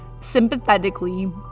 Sympathetically